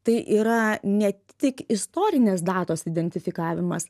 tai yra ne tik istorinės datos identifikavimas